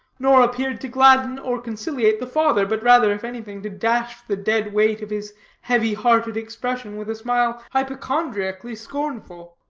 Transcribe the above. nor appeared to gladden or conciliate the father but rather, if anything, to dash the dead weight of his heavy-hearted expression with a smile hypochondriacally scornful.